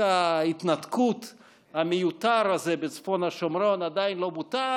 ההתנתקות המיותר הזה בצפון השומרון עדיין לא בוטל,